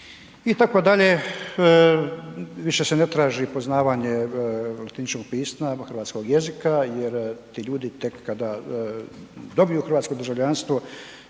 itd. Više se ne traži poznavanje latiničnog pisma, hrvatskog jezika jer ti ljudi tek kada dobiju hrvatsko državljanstvo,